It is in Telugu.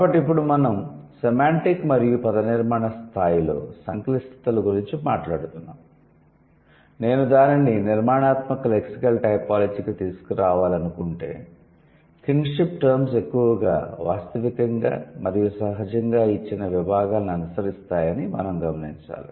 కాబట్టి ఇప్పుడు మనం సెమాంటిక్ మరియు పదనిర్మాణ స్థాయిలో సంక్లిష్టతల గురించి మాట్లాడుతున్నాము కాబట్టి నేను దానిని నిర్మాణాత్మక లెక్సికల్ టైపోలాజీకి తీసుకురావాలనుకుంటే కిన్షిప్ టర్మ్స్ ఎక్కువగా వాస్తవికoగా మరియు సహజంగా ఇచ్చిన విభాగాలను అనుసరిస్తాయని మనం గమనించాలి